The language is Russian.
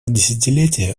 десятилетия